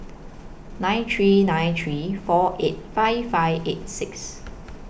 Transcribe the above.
nine three nine three four eight five five eight six